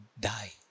die